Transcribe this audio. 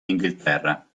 inghilterra